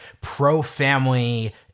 pro-family